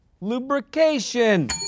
lubrication